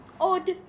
Odd